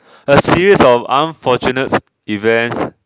a series of unfortunate events